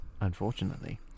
Unfortunately